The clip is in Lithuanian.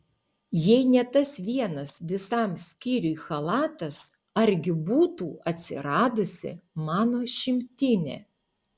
jei ne tas vienas visam skyriui chalatas argi būtų atsiradusi mano šimtinė